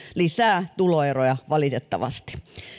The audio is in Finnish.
lisää tuloeroja valitettavasti